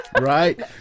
Right